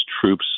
troops